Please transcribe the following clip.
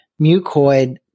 mucoid